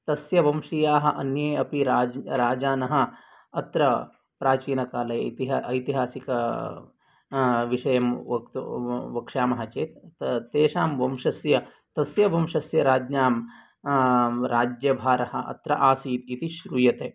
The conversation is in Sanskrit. तस्य वंशीयाः अन्ये अपि राजानः अत्र प्राचीनकाले ऐतिहासिक विषयं वक्षामः चेत् तेषां वंशस्य तस्य वंशस्य राज्ञां राज्यभारः अत्र आसीत् इति श्रूयते